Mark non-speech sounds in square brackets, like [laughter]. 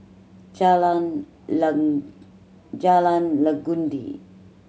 Jalan [unintelligible] Jalan Legundi